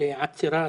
לעצירת